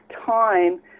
time